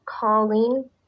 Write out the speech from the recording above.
Colleen